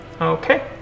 Okay